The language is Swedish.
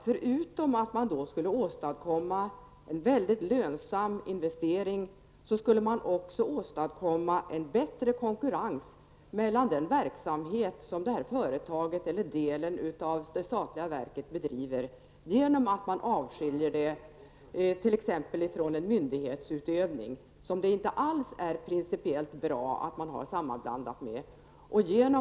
Förutom att man då åstadkommer en lönsam investering, skulle man också åstadkomma en bättre konkurrenssituation för den verksamhet som företaget eller delen av det statliga verket bedriver när man avskiljer den från t.ex. myndighetsutövning. Det är principiellt inte bra att sammanblanda dessa funktioner.